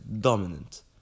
Dominant